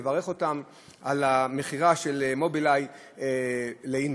לברך אותם על המכירה של "מובילאיי" ל"אינטל".